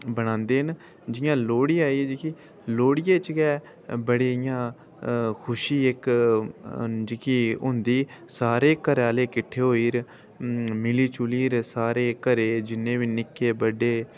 बनांदे न जि'यां लोह्ड़ी आई दिक्खी लोह्ड़ियै च गै बड़े इं'या खुशी इक्क जेह्की होंदी सारे घरैआह्ले किट्ठे होइयै मिली जुलियै सारे घरै दे जि'न्ने बी नि'क्के बड्डे